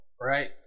right